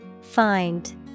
Find